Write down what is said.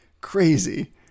crazy